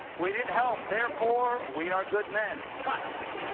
we didn't help. therefore, we are good men. triumph!